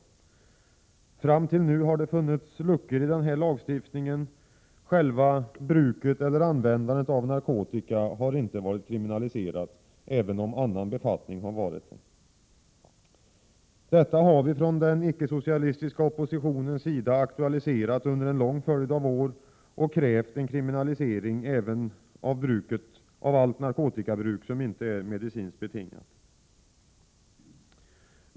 Fram till nu har det funnits luckor i denna lagstiftning. Själva bruket av narkotika har inte varit kriminaliserat, även om annan befattning har varit det. Detta har vi från den icke-socialistiska oppositionens sida aktualiserat under en lång följd av år och krävt en kriminalisering av allt narkotikabruk som inte är medicinskt betingat.